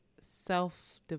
self